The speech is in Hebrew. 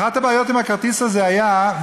אחת הבעיות עם הכרטיס הזה הייתה,